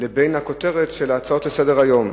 לבין הכותרת של ההצעות לסדר-היום.